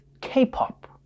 K-pop